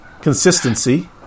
consistency